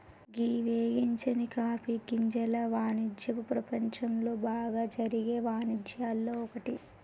గీ వేగించని కాఫీ గింజల వానిజ్యపు ప్రపంచంలో బాగా జరిగే వానిజ్యాల్లో ఒక్కటి